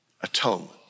atonement